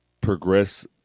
progress